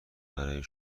برای